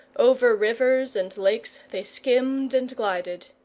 over rivers and lakes they skimmed and glided.